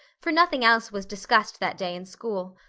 for nothing else was discussed that day in school.